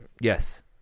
Yes